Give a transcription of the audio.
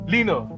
Lino